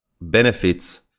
benefits